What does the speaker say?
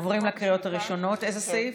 חבר הכנסת טייב,